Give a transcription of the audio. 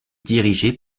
dirigé